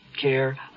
care